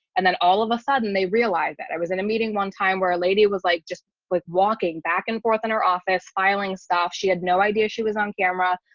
and then all of a sudden, they realize that i was in a meeting one time where a lady was like just walking back and forth in our office filing stuff. she had no idea she was on camera.